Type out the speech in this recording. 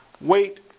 Wait